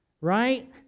Right